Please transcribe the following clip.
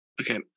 Okay